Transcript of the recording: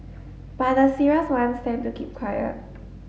but the serious ones tend to keep quiet